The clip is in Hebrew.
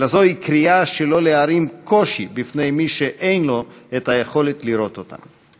אלא זוהי קריאה שלא להערים קושי בפני מי שאין לו יכולת לראות אותו.